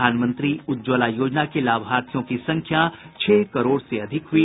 प्रधानमंत्री उज्ज्वला योजना के लाभार्थियों की संख्या छह करोड़ से अधिक हुई